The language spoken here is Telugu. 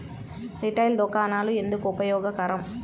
రిటైల్ దుకాణాలు ఎందుకు ఉపయోగకరం?